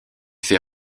fait